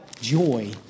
Joy